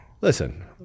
Listen